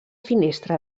finestra